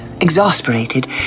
Exasperated